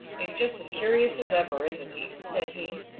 he's just as curious as ever, isn't he? said he.